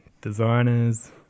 designers